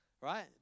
right